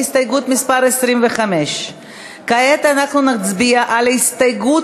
על הסתייגות מס' 25. כעת אנחנו נצביע על הסתייגות